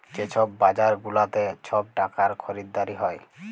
যে ছব বাজার গুলাতে ছব টাকার খরিদারি হ্যয়